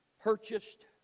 purchased